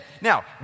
Now